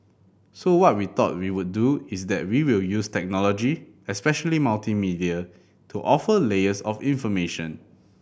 so what we thought we would do is that we will use technology especially multimedia to offer layers of information